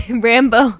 Rambo